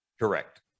Correct